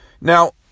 Now